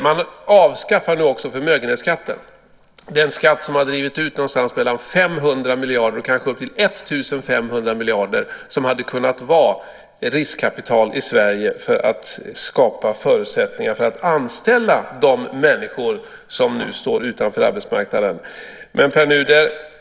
Man avskaffar nu också förmögenhetsskatten. Det är den skatt som har drivit ut någonting mellan 500 miljarder och kanske upp till 1 500 miljarder som hade kunnat vara riskkapital i Sverige för att skapa förutsättningar för att anställa de människor som nu står utanför arbetsmarknaden.